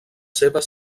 seves